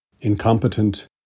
incompetent